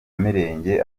mirenge